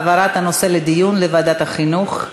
העברת הנושא לדיון לוועדת החינוך.